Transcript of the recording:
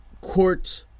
court